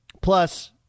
Plus